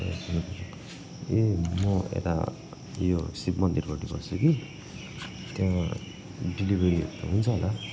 ए म यता यो शिव मन्दिरपट्टि बस्छु कि त्यहाँ डेलिभरी त हुन्छ होला